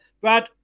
Brad